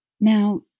Now